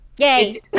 Yay